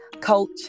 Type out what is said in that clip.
Coach